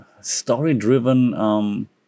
story-driven